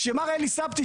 כשמר אלי סבטי,